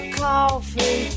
coffee